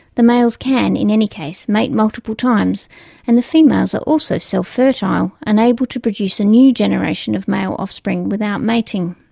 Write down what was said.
the males can, in any case, mate multiple times and the females are also self-fertile and able to produce a new generation of male offspring without mating.